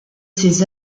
ses